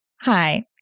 hi